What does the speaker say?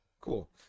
Cool